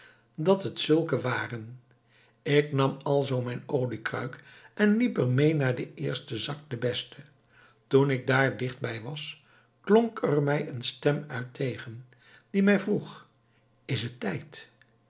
dat het zulke waren ik nam alzoo mijn oliekruik en liep er mee naar den eersten zak den besten toen ik daar dicht bij was klonk er mij een stem uit tegen die mij vroeg is t tijd